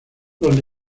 los